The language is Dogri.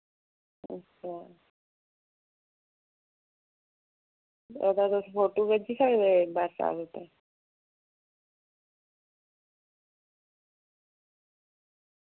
ओह्दे बिच फोटो भेजी सकदे व्हाट्सएप उप्पर